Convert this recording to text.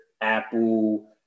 Apple